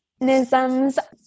mechanisms